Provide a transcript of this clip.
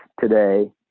today